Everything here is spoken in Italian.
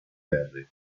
ferri